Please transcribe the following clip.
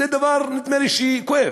זה דבר, נדמה לי, שכואב,